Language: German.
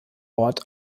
ort